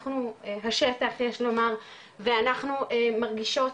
אנחנו בשטח יש לומר ואנחנו מרגישות